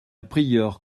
prieure